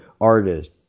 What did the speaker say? artist